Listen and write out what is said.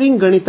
ಮತ್ತೊಮ್ಮೆ ಸ್ವಾಗತ